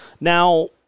Now